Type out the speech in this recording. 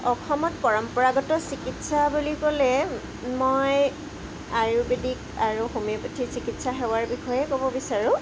অসমত পৰম্পৰাগত চিকিৎসা বুলি ক'লে মই আয়ুৰ্বেদিক আৰু হোমিওপেথি চিকিৎসা সেৱাৰ বিষয়ে ক'ব বিচাৰোঁ